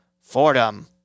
Fordham